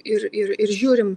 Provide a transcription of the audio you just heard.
ir ir ir žiūrim